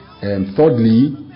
Thirdly